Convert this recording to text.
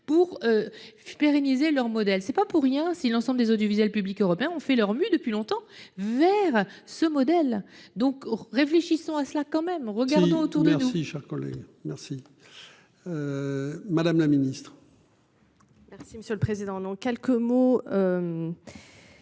pour. Pérenniser leur modèle, c'est pas pour rien si l'ensemble des audiovisuels publics européens ont fait leur mue depuis longtemps vers ce modèle donc réfléchissons à cela quand même regarde autour de nous. Richard Koller merci. Madame la ministre. Merci monsieur le président, en, en quelques mots.